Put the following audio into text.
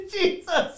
Jesus